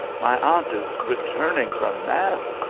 my aunt is returning from mass!